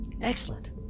Excellent